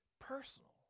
personal